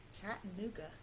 Chattanooga